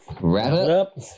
Wrap-it-up